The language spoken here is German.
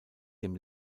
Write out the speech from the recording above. dem